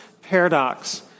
paradox